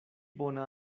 bona